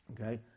Okay